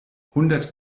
hundert